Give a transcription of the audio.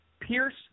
Pierce